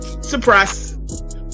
suppress